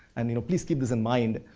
and you know please keep this in mind,